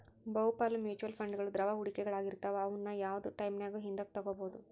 ಬಹುಪಾಲ ಮ್ಯೂಚುಯಲ್ ಫಂಡ್ಗಳು ದ್ರವ ಹೂಡಿಕೆಗಳಾಗಿರ್ತವ ಅವುನ್ನ ಯಾವ್ದ್ ಟೈಮಿನ್ಯಾಗು ಹಿಂದಕ ತೊಗೋಬೋದು